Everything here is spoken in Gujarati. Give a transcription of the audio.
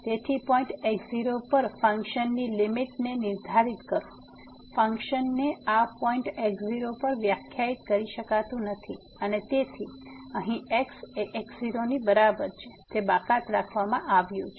તેથી પોઈન્ટ x0 પર ફન્કશનની લીમીટને નિર્ધારિત કરો ફંક્શનને આ પોઈન્ટ x0 પર વ્યાખ્યાયિત કરી શકાતું નથી અને તેથી અહીં x x0 ની બરાબર છે તે બાકાત રાખવામાં આવ્યું છે